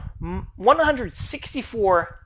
164